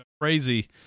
crazy